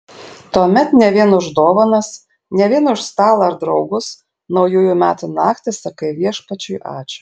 tuomet ne vien už dovanas ne vien už stalą ar draugus naujųjų metų naktį sakai viešpačiui ačiū